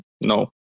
No